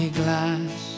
glass